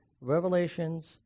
Revelations